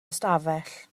ystafell